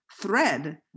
thread